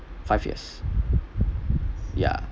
five years yeah